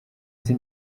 izi